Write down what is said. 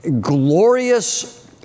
glorious